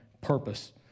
purpose